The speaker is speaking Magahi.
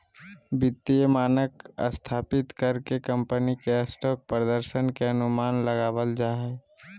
वित्तीय मानक स्थापित कर के कम्पनी के स्टॉक प्रदर्शन के अनुमान लगाबल जा हय